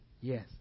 Yes